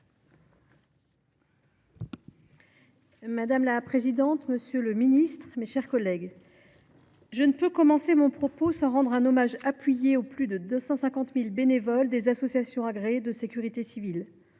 Madame la présidente, monsieur le ministre, mes chers collègues, je ne peux commencer mon propos sans rendre un hommage appuyé au plus de 250 000 bénévoles des associations agréées de sécurité civile.